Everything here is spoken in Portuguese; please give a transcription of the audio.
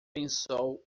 pensou